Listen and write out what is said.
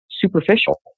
superficial